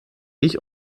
ich